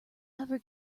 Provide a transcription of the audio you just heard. ever